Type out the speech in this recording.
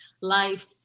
life